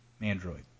Android